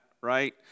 Right